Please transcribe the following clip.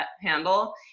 handle